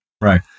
Right